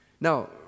now